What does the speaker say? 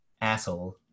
asshole